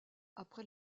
après